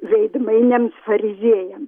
veidmainiams fariziejam